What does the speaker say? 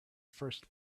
first